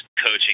coaching